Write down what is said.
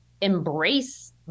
embrace